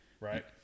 right